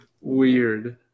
weird